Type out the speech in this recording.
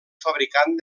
fabricant